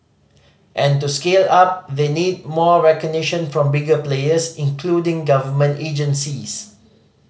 and to scale up they need more recognition from bigger players including government agencies